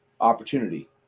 opportunity